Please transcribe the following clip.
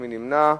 מי נמנע?